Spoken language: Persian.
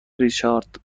ریچارد